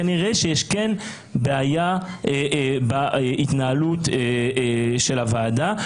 כנראה שכן יש בעיה בהתנהלות של הוועדה.